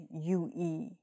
UE